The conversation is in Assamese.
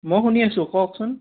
মই শুনি আছোঁ কওকচোন